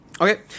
Okay